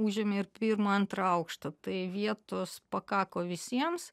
užėmė ir pirmą antrą aukštą tai vietos pakako visiems